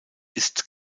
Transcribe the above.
ist